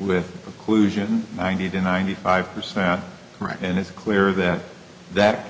with occlusion i need a ninety five percent right and it's clear that that